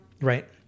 Right